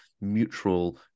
mutual